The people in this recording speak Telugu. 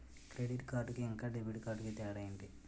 క్రెడిట్ కార్డ్ కి ఇంకా డెబిట్ కార్డ్ కి తేడా ఏంటి?